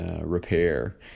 repair